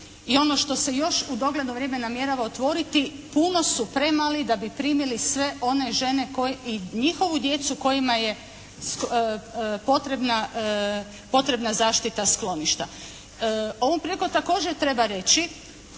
i ono što se još u dogledno vrijeme namjerava otvoriti puno su premali da bi primili sve one žene i njihovu djecu kojima je potrebna zaštita skloništa. Ovom prilikom također treba reći